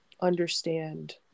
understand